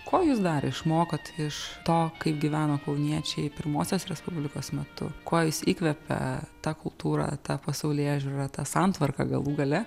ko jūs dar išmokot iš to kaip gyveno kauniečiai pirmosios respublikos metu kuo jus įkvepia ta kultūra ta pasaulėžiūra ta santvarka galų gale